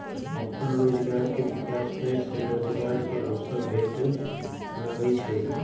अप्पन रोजगार के विकास होय से रोजगार के अवसर भेटे लगैइ छै